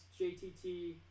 JTT